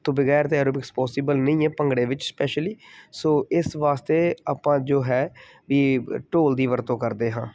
ਤੋਂ ਵਗੈਰ ਤਾਂ ਐਰੋਬਿਕਸ ਪੋਸੀਬਲ ਨਹੀਂ ਹੈ ਭੰਗੜੇ ਵਿੱਚ ਸਪੈਸ਼ਲੀ ਸੋ ਇਸ ਵਾਸਤੇ ਆਪਾਂ ਜੋ ਹੈ ਵੀ ਢੋਲ ਦੀ ਵਰਤੋਂ ਕਰਦੇ ਹਾਂ